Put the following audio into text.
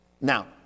Now